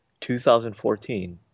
2014